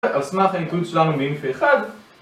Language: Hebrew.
על סמך האינטואיציה שלנו מאינפי 1